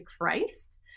Christ